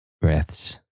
breaths